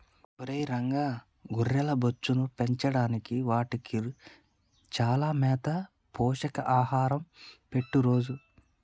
ఒరై రంగ గొర్రెల బొచ్చును పెంచడానికి వాటికి చానా మేత పోషక ఆహారం పెట్టు రోజూ